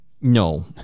No